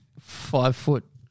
five-foot